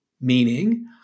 meaning